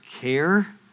care